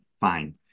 Fine